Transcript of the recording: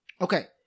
Okay